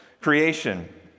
creation